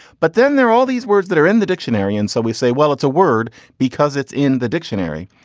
but then there are all these words that are in the dictionary and so we say well it's a word because it's in the dictionary.